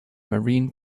marine